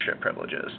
privileges